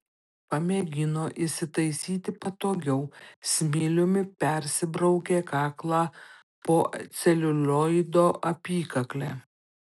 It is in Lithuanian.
pamėgino įsitaisyti patogiau smiliumi persibraukė kaklą po celiulioido apykakle